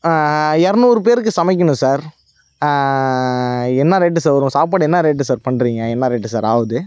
இரநூறு பேருக்கு சமைக்கணும் சார் என்னா ரேட்டு சார் வரும் சாப்பாடு என்னா ரேட்டு சார் பண்ணுறீங்க என்னா ரேட்டு சார் ஆகுது